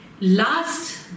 Last